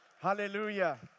Hallelujah